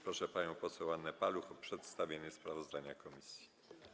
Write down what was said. Proszę panią poseł Annę Paluch o przedstawienie sprawozdania komisji.